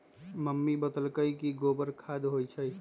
mummy बतअलई कि गोबरो खाद होई छई